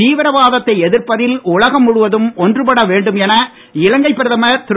தீவிரவாத த்தை எதிர்ப்பதில் உலகம் முழுவதும் ஒன்றுபட வேண்டும் என இலங்கை பிரதமர் திரு